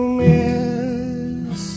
miss